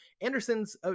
anderson's